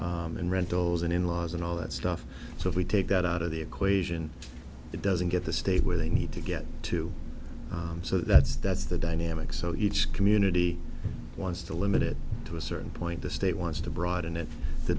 and rentals and in laws and all that stuff so if we take that out of the equation it doesn't get the state where they need to get to so that's that's the dynamic so each community wants to limit it to a certain point the state wants to broaden